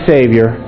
Savior